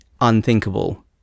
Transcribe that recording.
unthinkable